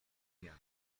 jak